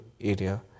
area